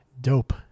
DOPE